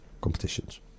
competitions